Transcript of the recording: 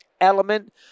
element